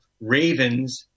Ravens